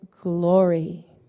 glory